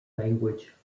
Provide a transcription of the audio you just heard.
language